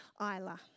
Isla